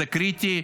זה קריטי,